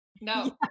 no